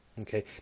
Okay